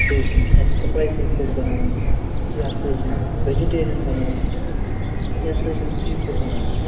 سُہ ٲسِن اَسہِ سٕپایسی فُڈ بناوُن یا سُہ ٲسِن وٮ۪جِٹیریَن بناوُن یا سُہ ٲسِن سی فُڈ بناوُن